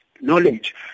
knowledge